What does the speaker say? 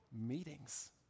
meetings